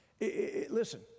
Listen